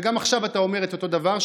וגם עכשיו אתה אומר אותו דבר,